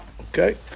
Okay